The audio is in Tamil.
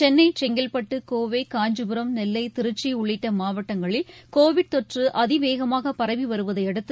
சென்னை செங்கல்பட்டு கோவை காஞ்சிபுரம் நெல்லை திருச்சி உள்ளிட்ட மாவட்டங்களில் கோவிட் தொற்று அதிவேகமாக பரவி வருவதையடுத்து